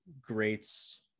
greats